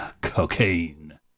Cocaine